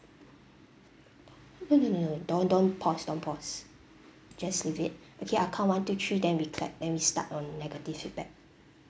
no no no no don't don't pause don't pause just leave it okay I'll count one two three then we clap then we start on negative feedback